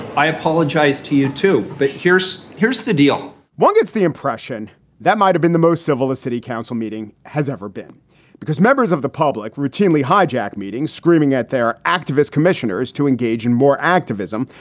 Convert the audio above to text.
i apologize to you, too. but here's here's the deal one gets the impression that might have been the most civil of city council meeting has ever been because members of the public routinely hijack meetings, screaming at their activist commissioners to engage in more activism,